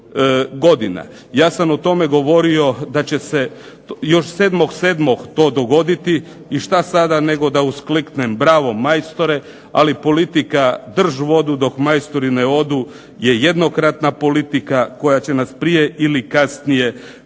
Ja sam o tome govorio da će se još 7.7. to dogoditi. I šta sada nego da uskliknem bravo majstore! Ali politika drž vodu dok majstori ne odu je jednokratna politika koja će nas prije ili kasnije morati